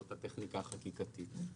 זאת הטכניקה החקיקתית.